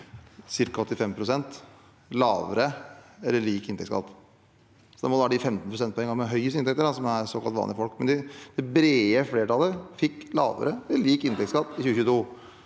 ca. 85 pst. lavere eller lik inntektsskatt. Så da må det være de 15 pst. med høyest inntekt som er såkalt vanlige folk. Men det brede flertallet fikk lavere eller lik inntektsskatt i 2022.